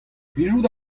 plijout